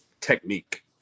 technique